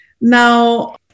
Now